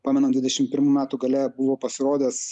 pamenam dvidešimt pirmų metų gale buvo pasirodęs